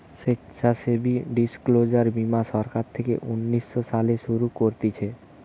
স্বেচ্ছাসেবী ডিসক্লোজার বীমা সরকার থেকে উনিশ শো সালে শুরু করতিছে